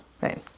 right